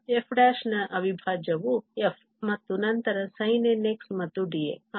f ನ ಅವಿಭಾಜ್ಯವು f ಮತ್ತು ನಂತರ sin nx ಮತ್ತು dx